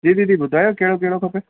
जी दीदी ॿुधायो कहिड़ो कहिड़ो खपे